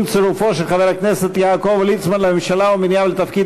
עם צירופו של חבר הכנסת יעקב ליצמן לממשלה ומינויו לתפקיד